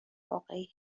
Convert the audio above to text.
واقعی